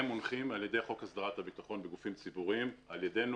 מונחים על ידי חוק הסדרת הביטחון בגופים ציבוריים ועל ידנו.